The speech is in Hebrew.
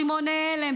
רימוני הלם.